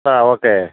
ആ ഓക്കേ